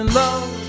love